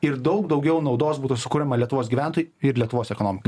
ir daug daugiau naudos būtų sukuriama lietuvos gyventojui ir lietuvos ekonomikai